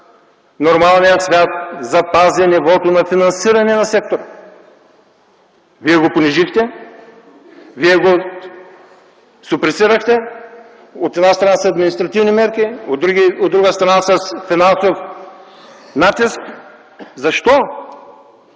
нормалният свят запази нивото на финансиране на сектора. Вие го понижихте, вие го супресирахте, от една страна с административни мерки, от друга страна – с финансов натиск. Защо?